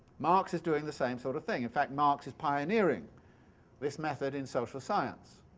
marx is doing the same sort of thing. in fact marx is pioneering this method in social science